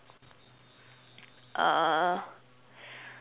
uh